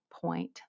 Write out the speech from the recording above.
point